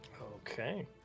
okay